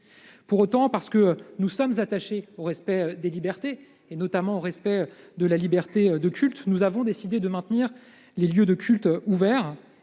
Pour autant, parce que nous sommes attachés au respect des libertés, notamment au respect de la liberté de culte, nous avons décidé de maintenir les lieux de culte ouverts